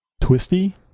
twisty